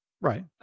right